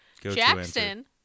Jackson